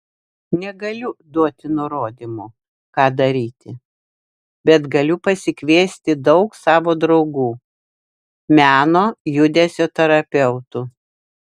negaliu duoti nurodymų ką daryti bet galiu pasikviesti daug savo draugų meno judesio terapeutų